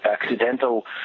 accidental